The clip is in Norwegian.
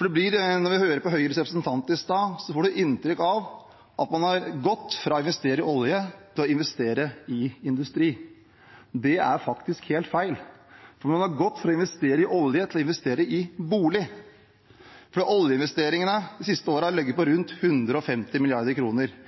Da vi hørte Høyres representant i sted, fikk man inntrykk av at man har gått fra å investere i olje til å investere i industri. Det er faktisk helt feil. Man har gått fra å investere i olje til å investere i boliger. Oljeinvesteringene har de siste årene ligget på rundt 150